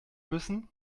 müssen